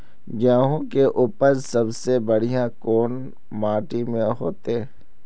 गेहूम के उपज सबसे बढ़िया कौन माटी में होते?